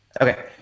Okay